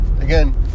again